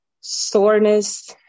Soreness